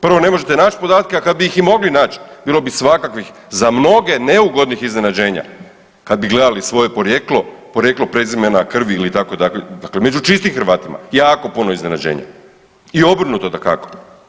Prvo, ne možete naći podatke, a kad bi ih i mogli nać bilo bi svakakvih za mnoge neugodnih iznenađenja, kad bi gledali svoje porijeklo, porijeklo prezimena krvi itd. među čistim Hrvatima, jako puno iznenađenja i obrnuto dakako.